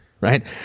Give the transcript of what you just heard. right